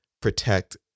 protect